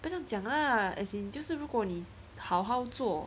不是这样讲 lah as in 就是如果你好好做